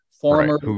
former